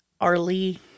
Arlie